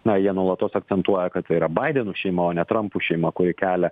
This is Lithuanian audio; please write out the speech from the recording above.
na jie nuolatos akcentuoja kad tai yra baidenų šeimų o ne trampų šeima kuri kelia